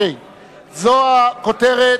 זאת הכותרת.